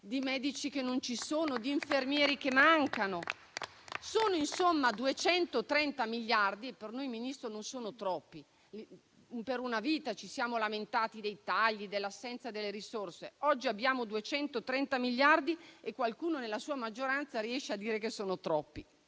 di medici che non ci sono e di infermieri che mancano. Sono 230 miliardi e per noi, Ministro, non sono troppi. Per una vita ci siamo lamentati dei tagli e dell'assenza delle risorse. Oggi abbiamo 230 miliardi e qualcuno nella sua maggioranza riesce a dire che sono troppi.